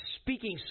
speaking